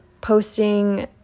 posting